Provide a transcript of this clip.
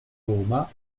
roma